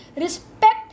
respect